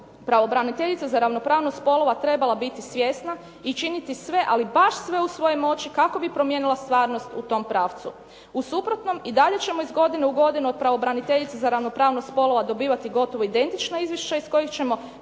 pravobraniteljica za ravnopravnost spolova trebala biti svjesna i činiti sve ali baš sve u svojoj moć kako bi promijenila stvarnost u tom pravcu. U suprotnom i dalje ćemo iz godine u godinu od pravobraniteljice za ravnopravnost spolova dobivati gotovo identična izvješća iz kojih ćemo